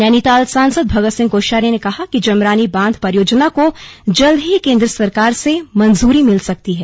नैनीताल सासंद भगत सिंह कोश्यारी ने कहा है कि जमरानी बांध परियोजना को जल्द ही केन्द्र सरकार से मंजूरी मिल सकती है